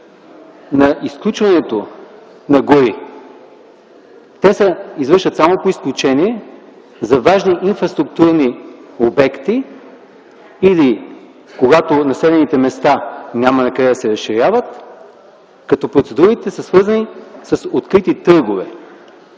на изключването на гори. Те се извършват само по изключение за важни инфраструктурни обекти или когато населените места няма накъде да се разширяват, като процедурите са свързани с открити търгове.